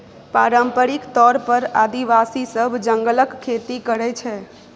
पारंपरिक तौर पर आदिवासी सब जंगलक खेती करय छै